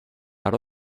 out